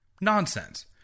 Nonsense